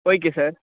okay sir